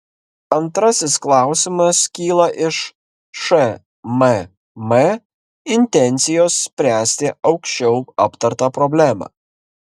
antrasis klausimas kyla iš šmm intencijos spręsti aukščiau aptartą problemą